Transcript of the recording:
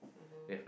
mmhmm